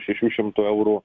šešių šimtų eurų